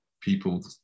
people